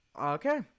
okay